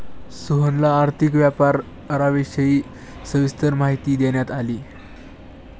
सोहनला आर्थिक व्यापाराविषयी सविस्तर माहिती देण्यात आली